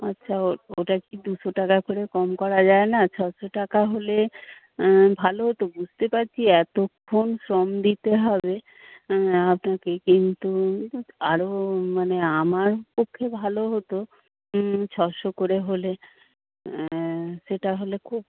আচ্ছা ওটা কি দুশো টাকা করে কম করা যায় না ছশো টাকা হলে ভালো হতো বুঝতে পারছি এতক্ষণ শ্রম দিতে হবে আপনাকে কিন্তু আরো মানে আমার পক্ষে ভালো হত ছশো করে হলে সেটা হলে খুব